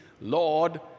Lord